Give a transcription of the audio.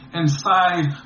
inside